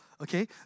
Okay